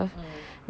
mm